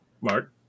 Mark